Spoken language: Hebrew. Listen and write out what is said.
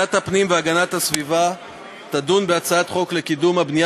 ועדת הפנים והגנת הסביבה תדון בהצעת חוק לקידום הבנייה